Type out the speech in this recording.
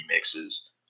remixes